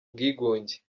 bwigunge